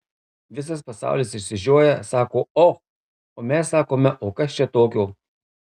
visas pasaulis išsižioja sako och o mes sakome o kas čia tokio